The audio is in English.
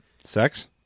Sex